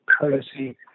courtesy